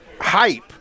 Hype